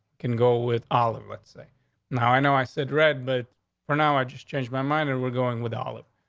congar. oh, with olive. what say now? i know i said red, but for now, i just changed my mind. and we're going with olive,